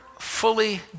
fully